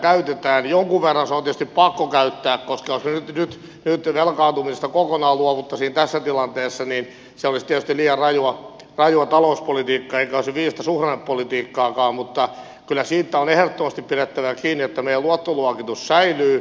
jonkun verran on tietysti pakko käyttää koska jos nyt velkaantumisesta kokonaan luovuttaisiin tässä tilanteessa se olisi tietysti liian rajua talouspolitiikkaa eikä olisi viisasta suhdannepolitiikkaakaan mutta kyllä siitä on ehdottomasti pidettävä kiinni että meidän luottoluokitus säilyy